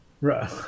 Right